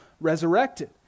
resurrected